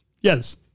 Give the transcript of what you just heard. Yes